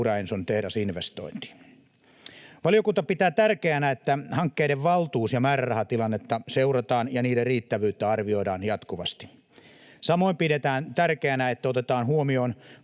Stora Enson tehdasinvestointiin. Valiokunta pitää tärkeänä, että hankkeiden valtuus‑ ja määrärahatilannetta seurataan ja niiden riittävyyttä arvioidaan jatkuvasti. Samoin pidetään tärkeänä, että otetaan huomioon